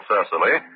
Cecily